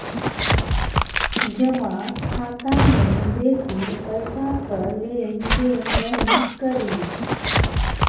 जमा खाता मे बेसी पैसाक लेन देन नहि करी